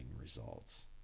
results